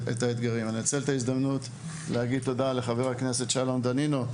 אני רוצה לנצל את ההזדמנות כדי להגיד תודה לחבר הכנסת שלום דנינו,